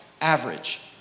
Average